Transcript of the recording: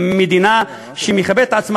מדינה שמכבדת את עצמה,